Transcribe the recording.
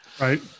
Right